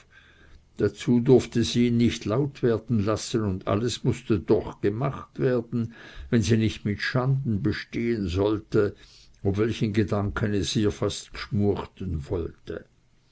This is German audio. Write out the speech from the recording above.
dazu durfte sie ihn nicht laut werden lassen und alles mußte doch gemacht werden wenn sie nicht mit schanden bestehen sollte ob welchem gedanken es ihr fast g'schmuechten wollte